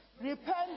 Repent